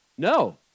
No